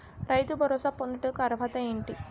రైతు భరోసా పొందుటకు అర్హత ఏంటి?